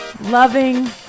loving